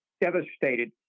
devastated